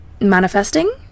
manifesting